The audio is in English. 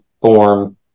form